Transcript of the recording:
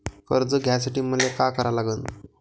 कर्ज घ्यासाठी मले का करा लागन?